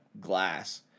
glass